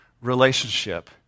relationship